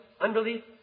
unbelief